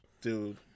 Dude